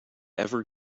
ever